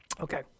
okay